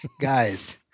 guys